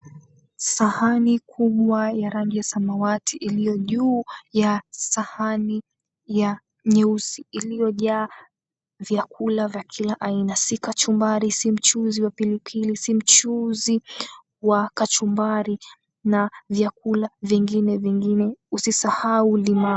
Sahani kubwa ya rangi ya samawati iliyo juu ya sahani ya nyeusi iliyojaa vyakula vya kila aina, si kachumbari, si mchuzi wa pilipili, si mchuzi wa kachumbari na vyakula vingine vingine usisahau limau.